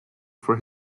for